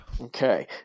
Okay